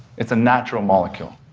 it's a natural molecule.